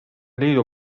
liidu